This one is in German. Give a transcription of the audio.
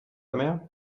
mehr